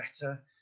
better